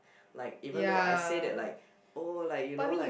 like even though I say that like oh like you know like